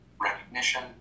recognition